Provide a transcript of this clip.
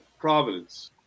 Providence